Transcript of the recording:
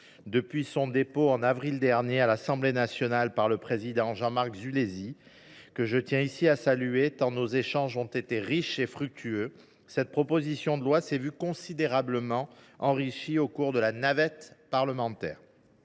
du territoire de l’Assemblée nationale, Jean Marc Zulesi, que je tiens ici à saluer tant nos échanges ont été riches et fructueux, cette proposition de loi s’est vue considérablement enrichie au cours de la navette parlementaire.